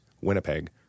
Winnipeg